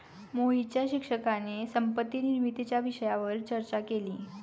मोहितच्या शिक्षकाने संपत्ती निर्मितीच्या विषयावर चर्चा केली